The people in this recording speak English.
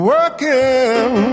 Working